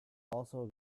also